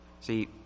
See